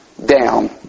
down